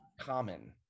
common